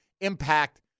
impact